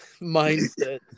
mindset